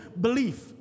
belief